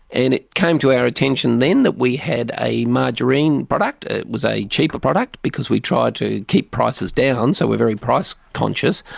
and it came to our attention then that we had a margarine product. it was a cheaper product because we try to keep prices down, so we are very price conscious,